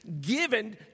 given